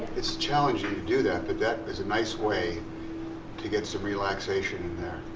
it's challenging to do that but that is a nice way to get some relaxation